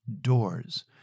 doors